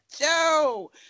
Joe